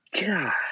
God